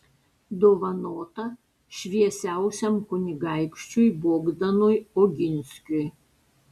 dovanota šviesiausiam kunigaikščiui bogdanui oginskiui